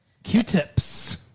Q-tips